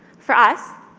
for us,